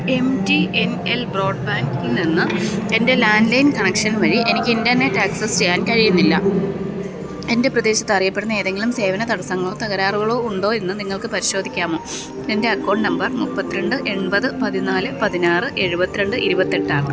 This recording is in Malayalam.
എം ടി എൻ എൽ ബ്രോഡ് ബാൻഡിൽ നിന്ന് എൻ്റെ ലാൻഡ് ലൈൻ കണക്ഷൻ വഴി എനിക്ക് ഇൻ്റർനെറ്റ് ആക്സസ് ചെയ്യാൻ കഴിയുന്നില്ല എൻ്റെ പ്രദേശത്ത് അറിയപ്പെടുന്ന ഏതെങ്കിലും സേവന തടസ്സങ്ങളോ തകരാറുകളോ ഉണ്ടോയെന്ന് നിങ്ങൾക്കു പരിശോധിക്കാമോ എൻ്റെ അക്കൗണ്ട് നമ്പർ മുപ്പത്തി രണ്ട് എൺപത് പതിനാല് പതിനാറ് എഴുപത്തി രണ്ട് ഇരുപത്തെട്ടാണ്